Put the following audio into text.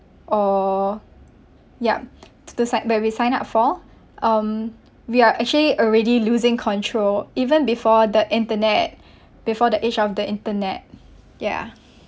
or yup to the site where we sign up for um we are actually already losing control even before the internet before the age of the internet ya